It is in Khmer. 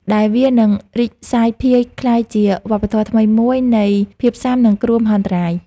ដែលវានឹងរីកសាយភាយក្លាយជាវប្បធម៌ថ្មីមួយនៃភាពស៊ាំនឹងគ្រោះមហន្តរាយ។